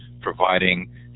providing